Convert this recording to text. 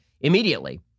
immediately